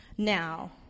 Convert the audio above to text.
Now